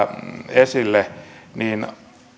esille niin